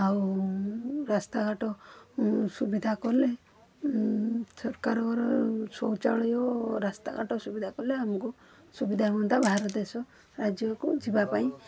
ଆଉ ରାସ୍ତାଘାଟ ସୁବିଧା କଲେ ସରକାରର ଶୌଚାଳୟ ରାସ୍ତାଘାଟ ସୁବିଧା କଲେ ଆମକୁ ସୁବିଧା ହୁଅନ୍ତା ବାହାର ଦେଶ ରାଜ୍ୟକୁ ଯିବା ପାଇଁ